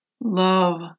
love